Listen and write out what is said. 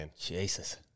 Jesus